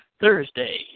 Thursday